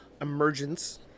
emergence